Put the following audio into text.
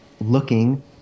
looking